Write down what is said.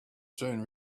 soon